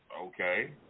okay